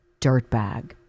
dirtbag